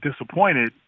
disappointed